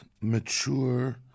mature